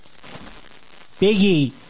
Biggie